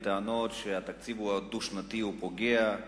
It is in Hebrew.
הטענות שהתקציב הדו-שנתי פוגע,